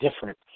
different